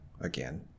again